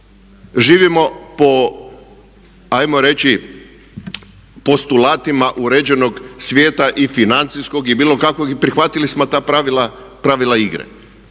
ajmo reći postulatima uređenog svijeta i financijskog i bilo kakvog i prihvatili smo ta pravila igre.